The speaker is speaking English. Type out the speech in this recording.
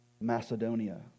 Macedonia